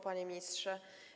Panie Ministrze!